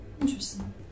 Interesting